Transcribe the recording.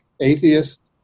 atheist